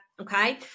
Okay